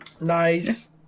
Nice